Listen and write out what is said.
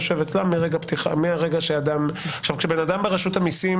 כשנפתח תיק חקירה על בן אדם ברשות המיסים